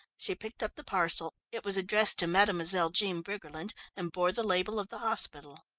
she picked up the parcel it was addressed to mademoiselle jean briggerland and bore the label of the hospital.